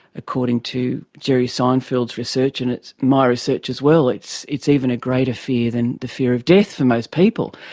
according to jerry seinfeld's research and it's my research as well, it's it's even a greater fear than the fear of death for most people.